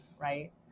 Right